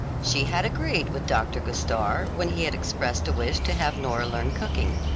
she had agreed with dr. gostar when he had expressed a wish to have nora learn cooking.